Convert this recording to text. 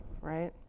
right